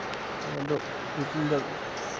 ꯑꯗꯣ